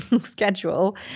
schedule